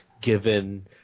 Given